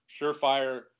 surefire